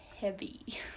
heavy